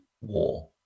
war